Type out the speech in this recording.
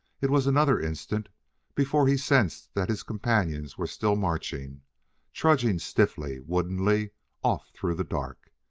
it was another instant before he sensed that his companions were still marching trudging stiffly, woodenly off through the dark.